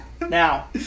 Now